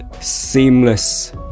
seamless